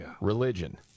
Religion